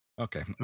okay